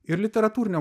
ir literatūrinio